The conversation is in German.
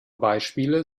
beispiele